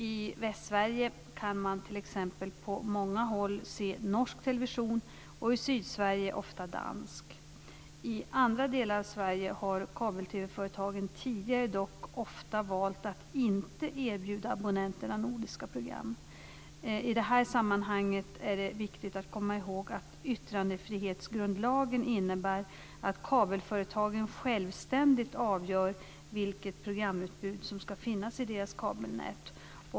I Västsverige kan man t.ex. på många håll se norsk television och i Sydsverige ofta dansk. I andra delar av Sverige har kabel-TV företagen tidigare dock ofta valt att inte erbjuda abonnenterna nordiska program. I det här sammanhanget är det viktigt att komma ihåg att yttrandefrihetsgrundlagen innebär att kabel TV-företagen självständigt avgör vilket programutbud som ska finnas i deras kabelnät.